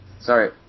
Sorry